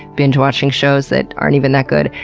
binge watching shows that aren't even that good,